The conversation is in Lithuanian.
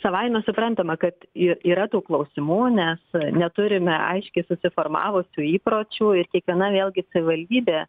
savaime suprantama kad i yra tų klausimų nes neturime aiškiai susiformavusių įpročių ir kiekviena vėlgi savivaldybė